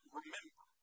remember